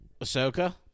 Ahsoka